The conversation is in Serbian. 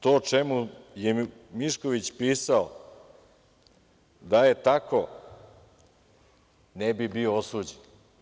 To o čemu je Mišković pisao, da je tako ne bi bio osuđen.